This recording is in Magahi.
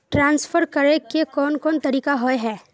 ट्रांसफर करे के कोन कोन तरीका होय है?